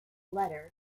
letter